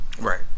Right